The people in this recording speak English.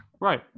right